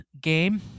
Game